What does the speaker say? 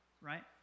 Right